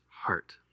heart